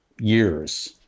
years